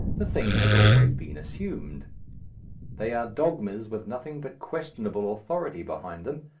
the thing has always been assumed they are dogmas with nothing but questionable authority behind them,